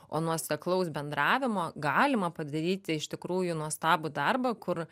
o nuoseklaus bendravimo galima padaryti iš tikrųjų nuostabų darbą kur